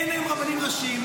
אין היום רבנים ראשיים.